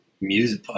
music